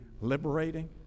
liberating